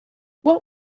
what